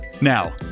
Now